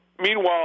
Meanwhile